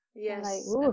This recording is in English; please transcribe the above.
Yes